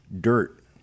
dirt